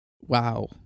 Wow